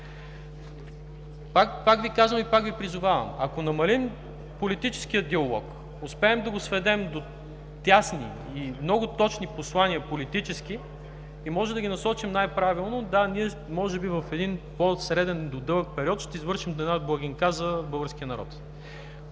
Пак Ви казвам и Ви призовавам – ако намалим политическия диалог, успеем да го сведем до тесни и много точни политически послания и можем да ги насочим най-правилно, да, ние може би в един по-среден до дълъг период ще извършим една благинка за българския народ.